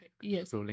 Yes